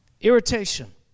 Irritation